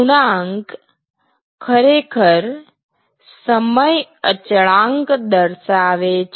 ગુણાંક ખરેખર સમય અચળાંક દર્શાવે છે